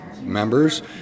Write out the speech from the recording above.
members